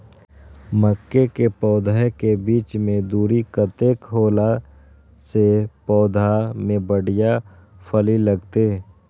मके के पौधा के बीच के दूरी कतेक होला से पौधा में बढ़िया फली लगते?